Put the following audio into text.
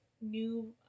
new